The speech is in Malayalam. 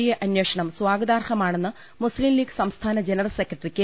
ഐ അന്വേഷണം സ്വാഗതാർഹമാണെന്ന് മുസ്തിം ലീഗ് സംസ്ഥാന ജനറൽ സെക്രട്ടറി കെ